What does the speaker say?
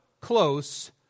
close